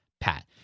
pat